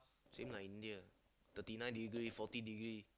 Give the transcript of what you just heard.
same like India thirty nine degree forty degree